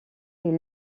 est